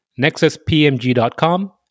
nexuspmg.com